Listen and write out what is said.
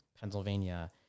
Pennsylvania